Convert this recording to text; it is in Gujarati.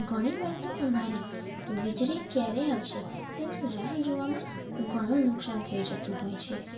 ઘણીવાર તો અમારે વીજળી ક્યારે આવશે તેની રાહ જોવામાં ઘણું નુકસાન થઇ જતું હોય છે